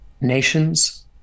nations